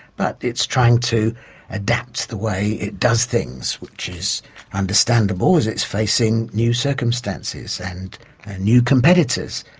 but it's trying to adapt the way it does things, which is understandable as it's facing new circumstances and new competitors.